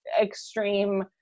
extreme